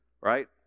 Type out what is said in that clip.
right